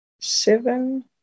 seven